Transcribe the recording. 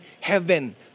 heaven